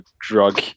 drug